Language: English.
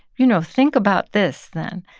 you know, think about this, then.